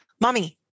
mommy